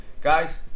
Guys